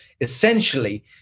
essentially